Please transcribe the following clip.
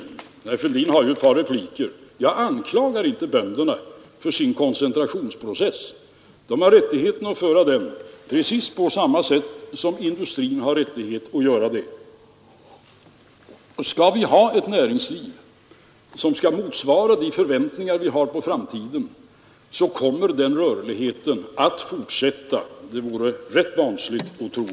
Här kan man dock, vilket vi även tillämpat, eliminera de värsta olägenheterna genom ökade sociala engagemang. Man kan naturligtvis reducera marginalskatten, om man är beredd att lyfta över motsvarande inkomstbehov — jag ser det från statsbudgetens synpunkt — på företagarna i form av en arbetsgivaravgift.